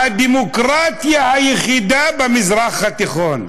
הדמוקרטיה היחידה במזרח התיכון.